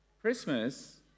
Christmas